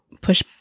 push